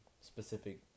specific